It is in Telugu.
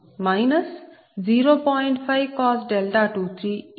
5 23 0